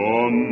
on